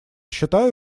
считаю